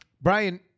Brian